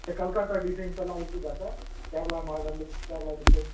கல்கத்தா டிசைன்ஸ்ஸெல்லாம் இருக்குதுதா sir Kerala model Kerala designs